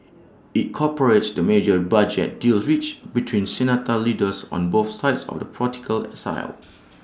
IT cooperates the major budget deal reached between Senate leaders on both sides of the political aisle